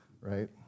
right